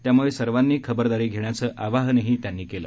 त्यामुळे सर्वांनी खबरदारी घेण्याचं आवाहन त्यांनी केलं